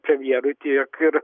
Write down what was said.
premjerui tiek ir